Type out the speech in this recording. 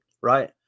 right